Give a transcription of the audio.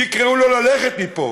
תקראו לו ללכת מפה.